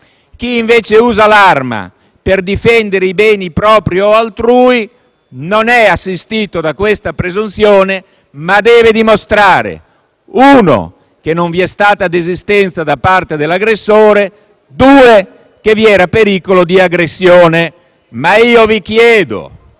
chi invece usa l'arma per difendere i beni propri o altrui non è assistito da tale presunzione, ma deve dimostrare in primo luogo che non vi è stata desistenza da parte dell'aggressore e, in secondo luogo, che vi era pericolo di aggressione. Ma io vi chiedo